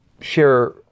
share